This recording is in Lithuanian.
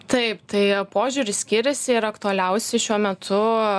taip tai požiūris skiriasi ir aktualiausi šiuo metu